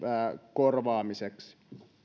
korvaamiseksi